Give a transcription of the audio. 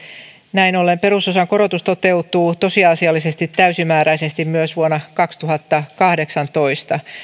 näin ollen perusosan korotus toteutuu tosiasiallisesti täysimääräisesti myös vuonna kaksituhattakahdeksantoista